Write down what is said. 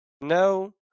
No